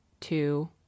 two